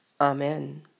Amen